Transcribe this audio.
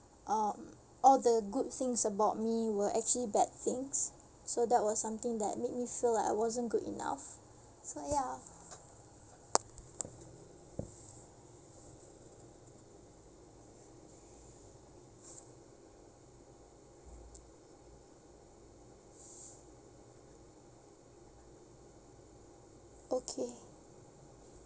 um all the good things about me were actually bad things so that was something that make me feel like I wasn't good enough so ya okay